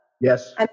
Yes